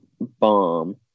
bomb